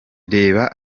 reba